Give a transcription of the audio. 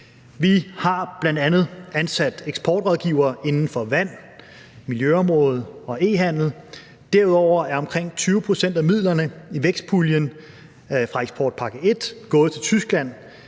Vi har bl.a. ansat eksportrådgivere inden for vand, miljøområdet og e-handel. Derudover er omkring 20 pct. af midlerne i vækstpuljen fra eksportpakke I gået til Tyskland.